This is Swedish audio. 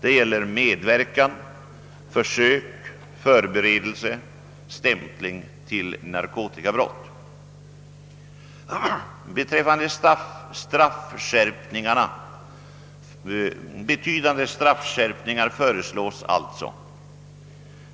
Det gäller medverkan, försök, förberedelse och stämpling till narkotikabrott. Betydande straffskärpningar föreslås alltså.